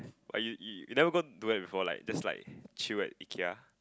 but you you never go do that before like just like chill at Ikea